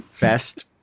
Best